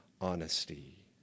honesty